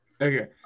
Okay